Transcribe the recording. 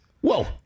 Whoa